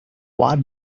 what